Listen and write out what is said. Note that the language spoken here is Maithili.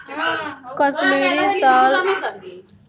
कश्मीरी साल भेड़क रोइयाँ सँ निकलल उन सँ बनय छै